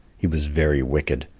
he was very wicked,